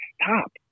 stop